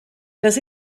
das